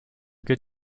good